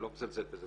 אני לא מזלזל בזה,